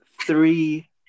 three